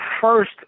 first